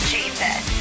Jesus